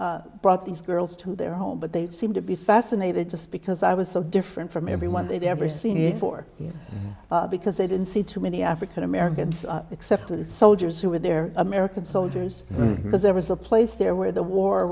had brought these girls to their home but they seemed to be fascinated just because i was so different from everyone they've ever seen before because they didn't see too many african americans except with soldiers who were there american soldiers because there was a place there where the war